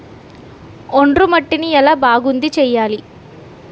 ఒండ్రు మట్టిని ఎలా బాగుంది చేయాలి?